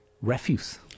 refuse